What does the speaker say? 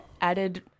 added